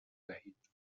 دهید